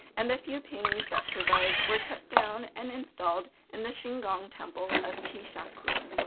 and the few paintings that survived were cut down and installed in the shingon temple of chishakuin.